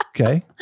Okay